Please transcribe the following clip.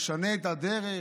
ממשלה שתשנה את הדרך,